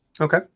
Okay